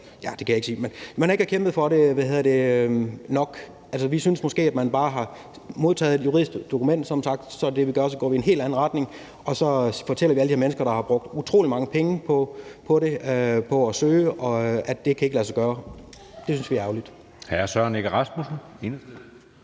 fire gange nu, altså at man ikke har kæmpet nok for det. Altså, vi synes som sagt måske, at man bare har modtaget et juridisk dokument og sagt: Så er det det, vi gør; så går vi en helt anden retning og fortæller alle de her mennesker, der har brugt utrolig mange penge på det, på at søge, at det ikke kan lade sig gøre. Det synes vi er ærgerligt.